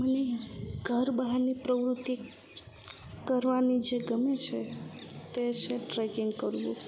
મને ઘર બહારની પ્રવૃત્તિ કરવાની જે ગમે છે તે છે ટ્રેકિંગ કરવું